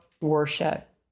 worship